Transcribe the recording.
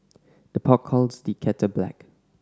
the pot calls the kettle black